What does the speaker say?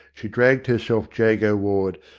she dragged herself jago-ward,